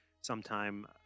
sometime